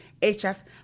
hechas